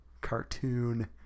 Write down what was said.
cartoon